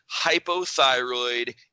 hypothyroid